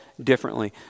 differently